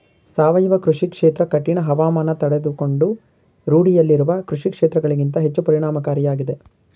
ಸಾವಯವ ಕೃಷಿ ಕ್ಷೇತ್ರ ಕಠಿಣ ಹವಾಮಾನ ತಡೆದುಕೊಂಡು ರೂಢಿಯಲ್ಲಿರುವ ಕೃಷಿಕ್ಷೇತ್ರಗಳಿಗಿಂತ ಹೆಚ್ಚು ಪರಿಣಾಮಕಾರಿಯಾಗಿದೆ